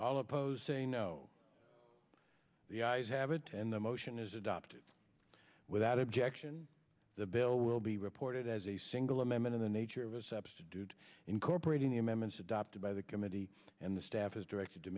all opposed to a no the ayes have it and the motion is adopted without objection the bill will be reported as a single amendment of the nature of a substitute incorporating the amendments adopted by the committee and the staff is directed to